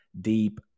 deep